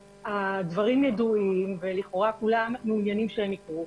הדברים ידועים, ולכאורה כולם מעוניינים שהם יקרו.